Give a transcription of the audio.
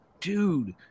dude